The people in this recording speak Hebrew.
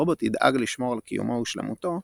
רובוט ידאג לשמור על קיומו ושלמותו,